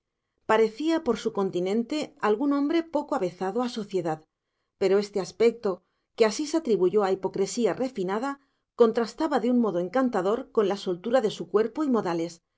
parecía por su continente algún hombre poco avezado a sociedad pero este aspecto que asís atribuyó a hipocresía refinada contrastaba de un modo encantador con la soltura de su cuerpo y modales